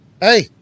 hey